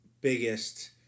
biggest